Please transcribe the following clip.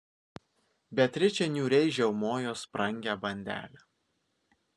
beatričė niūriai žiaumojo sprangią bandelę